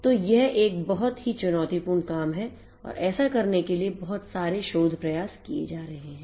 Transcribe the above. तो यह एक बहुत ही चुनौतीपूर्ण काम है और ऐसा करने के लिए बहुत सारे शोध प्रयास किए जा रहे हैं